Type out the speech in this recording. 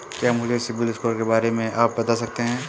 क्या मुझे सिबिल स्कोर के बारे में आप बता सकते हैं?